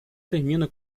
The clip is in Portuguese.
termina